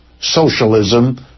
socialism